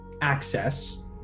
access